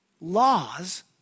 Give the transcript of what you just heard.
laws